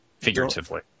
figuratively